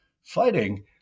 fighting